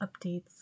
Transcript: updates